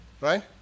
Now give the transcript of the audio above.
Right